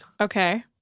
Okay